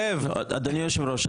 אדוני היושב ראש,